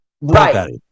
Right